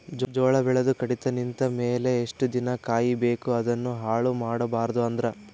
ಜೋಳ ಬೆಳೆದು ಕಡಿತ ನಿಂತ ಮೇಲೆ ಎಷ್ಟು ದಿನ ಕಾಯಿ ಬೇಕು ಅದನ್ನು ಹಾಳು ಆಗಬಾರದು ಅಂದ್ರ?